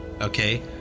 okay